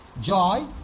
Joy